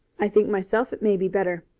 i think myself it may be better.